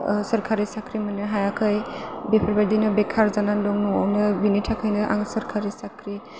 ओ सोरखारि साख्रि मोननो हायाखै बेफोरबायदिनो बेखार जानानै दं न'आवनो बिनि थाखयानो आं सोरखारि साख्रिखौ